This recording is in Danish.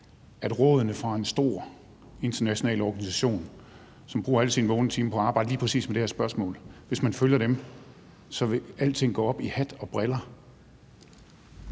rådene fra en stor international organisation, som bruger alle sine vågne timer på at arbejde lige præcis med det her spørgsmål, vil alting gå op i hat og briller?